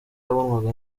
yabonwaga